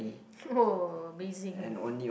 oh amazing